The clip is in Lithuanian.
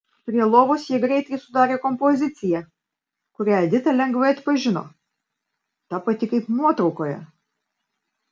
prie lovos jie greitai sudarė kompoziciją kurią edita lengvai atpažino ta pati kaip nuotraukoje